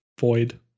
void